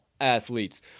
athletes